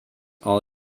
all